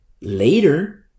later